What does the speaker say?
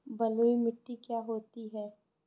बलुइ मिट्टी क्या होती हैं?